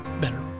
better